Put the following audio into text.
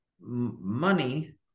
money